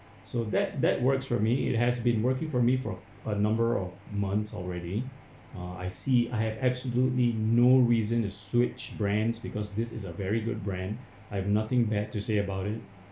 so that that works for me it has been working for me for a number of months already ah I see I have absolutely no reason to switch brands because this is a very good brand I've nothing bad to say about it